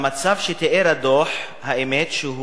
המצב שתיאר הדוח, האמת,